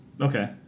Okay